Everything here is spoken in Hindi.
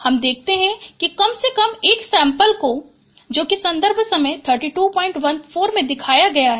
हम देखते हैं कि कम से कम एक सैंपल को सन्दर्भ समय 3214 में दिखाया गया है